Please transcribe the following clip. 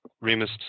Remus